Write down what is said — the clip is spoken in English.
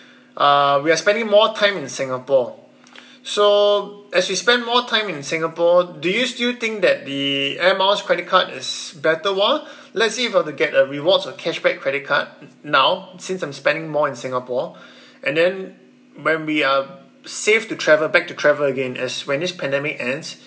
uh we are spending more time in singapore so as we spend more time in singapore do you still think that the air miles credit card is better one let's say if I were to get a reward or cashback credit card now since I'm spending more in singapore and then when we are safe to travel back to travel again as when this pandemic ends